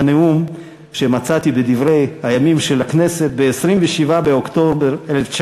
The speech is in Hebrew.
את הנאום שמצאתי ב"דברי הכנסת" ב-27 באוקטובר 1993,